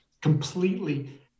completely